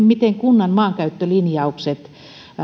miten kunnan maankäyttölinjaukset